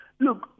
Look